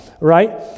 right